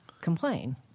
complain